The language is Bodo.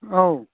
औ